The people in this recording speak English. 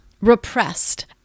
repressed